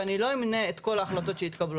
ואני לא אמנה את כל ההחלטות שהתקבלו.